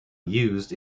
used